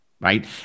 Right